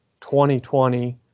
2020